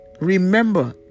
Remember